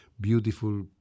beautiful